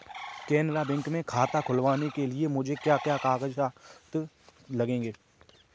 Canara bank में खाता खुलवाने के लिए मुझे क्या क्या कागजात लगेंगे?